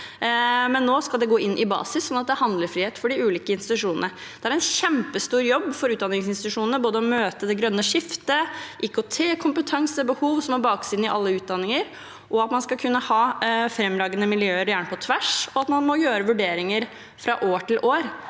men nå skal det gå inn i basis, sånn at det er handlefrihet for de ulike institusjonene. Det er en kjempestor jobb for utdanningsinstitusjonene å møte både det grønne skiftet og IKT-kompetansebehov, som må bakes inn i alle utdanninger, og at man skal kunne ha fremragende miljøer, gjerne på tvers, og må gjøre vurderinger fra år til år.